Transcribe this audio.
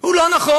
לגביו הוא לא נכון.